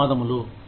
ధన్యవాదములు